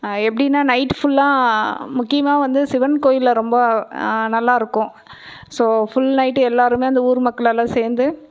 எப்படின்னா நைட்டு ஃபுல்லாக முக்கியமாக வந்து சிவன் கோவில்ல ரொம்ப நல்லாயிருக்கும் ஸோ ஃபுல் நைட்டு எல்லோருமே அந்த ஊர் மக்கள் எல்லோரும் சேர்ந்து